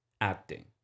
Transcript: acting